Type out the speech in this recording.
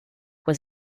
was